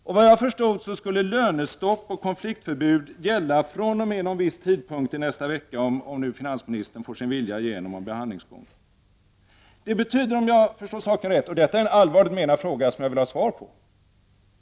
Såvitt jag förstår skall lönestopp och konfliktförbud gälla fr.o.m. någon viss tidpunkt i nästa vecka, om nu finansministern får sin vilja igenom. Jag vill ställa ett par allvarligt menade frågor som jag vill ha svar på.